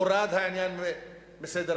הורד העניין מסדר-היום.